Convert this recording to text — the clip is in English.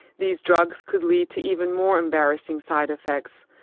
these drugs could lead to even more embarrassing side effects,